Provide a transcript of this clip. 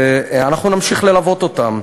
אנחנו נמשיך ללוות אותם.